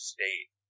State